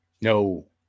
No